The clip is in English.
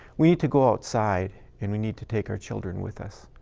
we need to go outside, and we need to take our children with us.